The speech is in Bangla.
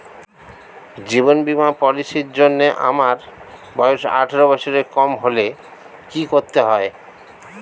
জীবন বীমা পলিসি র জন্যে আমার বয়স আঠারো বছরের কম হলে কি করতে হয়?